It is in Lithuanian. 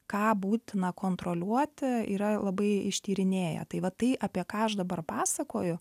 ką būtina kontroliuoti yra labai ištyrinėję tai va tai apie ką aš dabar pasakoju